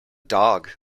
dog